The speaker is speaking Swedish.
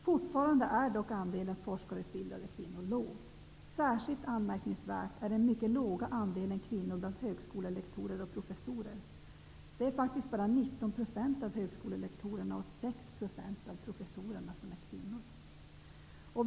Fortfarande är dock andelen forskarutbildade kvinnor låg. Särskilt anmärkningsvärd är den mycket låga andelen kvinnor bland högskolelektorer och professorer. Det är faktiskt bara 19 % av högskolelektorerna och 6 % av professorerna som är kvinnor.